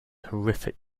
horrific